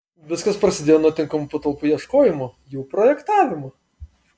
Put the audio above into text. viskas prasidėjo nuo tinkamų patalpų ieškojimo jų projektavimo